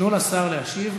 תנו לשר להשיב.